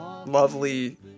lovely